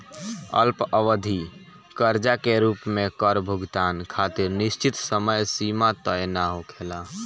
अल्पअवधि कर्जा के रूप में कर भुगतान खातिर निश्चित समय सीमा तय ना होखेला